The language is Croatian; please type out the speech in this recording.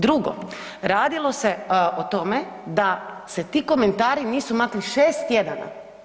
Drugo radilo se o tome da se ti komentari nisu makli 6 tjedana.